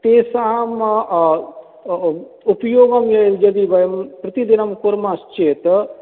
तेषां उपयोगं य यदि वयं प्रतिदिनं कुर्मश्चेत्